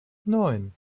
neun